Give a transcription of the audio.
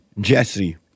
Jesse